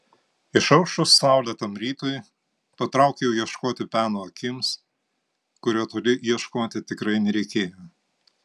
išaušus saulėtam rytui patraukiau ieškoti peno akims kurio toli ieškoti tikrai nereikėjo